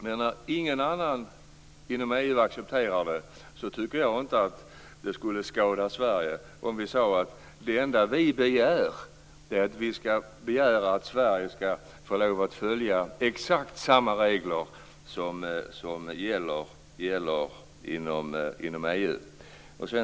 Men när ingen annan inom EU accepterar detta tycker jag inte att det skulle skada Sverige om vi sade att det enda vi begär är att Sverige skall få lov att följa exakt samma regler som annars gäller inom EU.